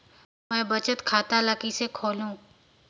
मैं बचत खाता ल किसे खोलूं?